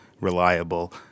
reliable